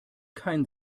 kein